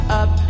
up